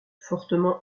fortement